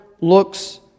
looks